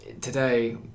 today